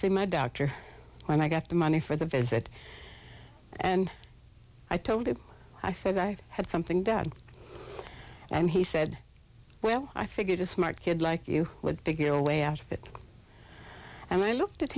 see my doctor when i got the money for the visit and i told him i said i had something bad and he said well i figured a smart kid like you would figure a way as fit and i looked at